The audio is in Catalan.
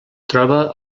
troba